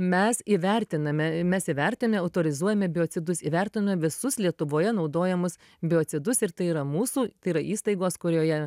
mes įvertiname mes įvertinę autorizuojame biocidus įvertinam visus lietuvoje naudojamus biocidus ir tai yra mūsų tai yra įstaigos kurioje